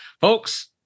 Folks